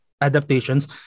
adaptations